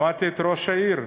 שמעתי את ראש העיר,